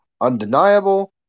Undeniable